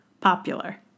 popular